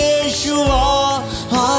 Yeshua